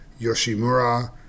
Yoshimura